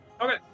Okay